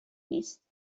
نیست